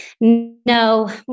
No